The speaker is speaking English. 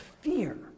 fear